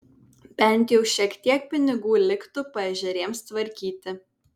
bent jau šiek tiek pinigų liktų paežerėms tvarkyti